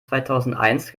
zweitausendeins